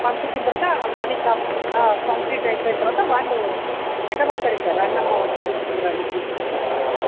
పంపించిన తర్వాత ఆ మనీ కంప్లీ కంప్లీట్ అయిపోయిన తర్వాత వాళ్ళు వెంటపడతాడు ఇక రండి అమ్మ వచ్చి తీసుకుందురు రాండి తీసుకుందురు రాండి అని